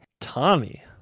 tommy